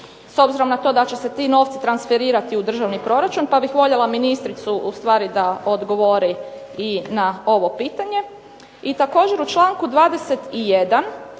S obzirom na to da će se ti novci transferirati u državni proračun pa bih voljela ministricu ustvari da odgovori i na ovo pitanje. I također u čl. 21.